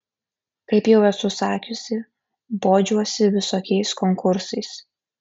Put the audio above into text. kaip jau esu sakiusi bodžiuosi visokiais konkursais